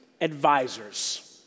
advisors